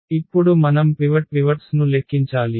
ఇప్పుడు మనం పివట్స్ ను లెక్కించాలి